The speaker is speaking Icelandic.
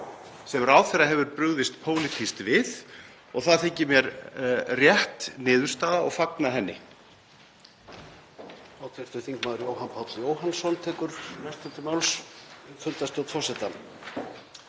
sem ráðherra hefur brugðist pólitískt við og það þykir mér rétt niðurstaða og fagna henni.